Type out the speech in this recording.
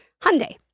Hyundai